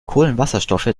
kohlenwasserstoffe